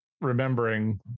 remembering